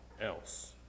else